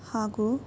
ಹಾಗೂ